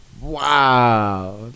Wow